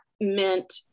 meant